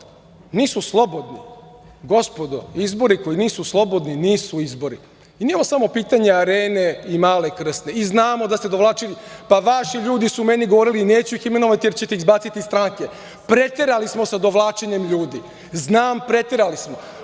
nisu slobodni. Gospodo, izbori koji nisu slobodni nisu izbori. Nije ovo samo pitanje arene i Male Krsne i znamo da ste dovlačili, pa vaši ljudi su meni govorili, neću ih imenovati jer ćete ih izbaciti iz stranke, preterali smo sa dovlačenjem ljudi, znam, preterali smo.